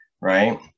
right